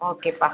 ஓகேப்பா